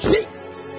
Jesus